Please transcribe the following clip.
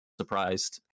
surprised